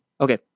Okay